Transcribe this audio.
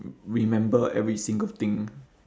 remember every single thing